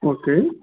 okay